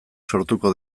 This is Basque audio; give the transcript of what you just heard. sortuko